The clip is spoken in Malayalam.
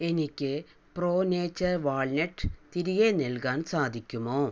എനിക്ക് പ്രോ നേച്ചർ വാൾനട്ട് തിരികെ നൽകാൻ സാധിക്കുമോ